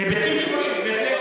היבטים ציבוריים, בהחלט.